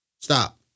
Stop